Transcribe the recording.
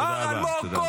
תגנה את אחים לנשק.